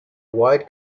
wide